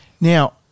Now